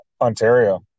ontario